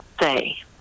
Say